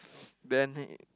then he